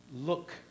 look